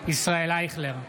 ישראל אייכלר,